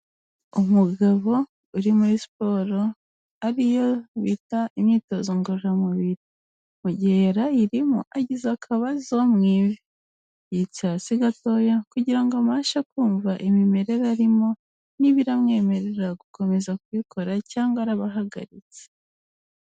Umugabo uri muri siporo ariyo bita imyitozo ngororamubiri, mu gihe yari ayirimo agize akabazo mu ivi, yicaye hasi gatoya kugira ngo abashe kumva imimerere arimo niba iramwemerera gukomeza kuyikora cyangwa araba ahagaritse.